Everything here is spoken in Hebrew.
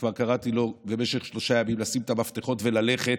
שכבר קראתי לו במשך שלושה ימים לשים את המפתחות וללכת.